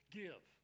give